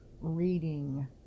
reading